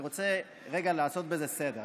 ואני רוצה לעשות בזה סדר.